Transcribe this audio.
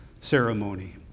ceremony